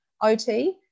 OT